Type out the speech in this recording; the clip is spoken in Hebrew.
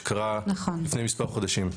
שקרה לפני מספר חודשים.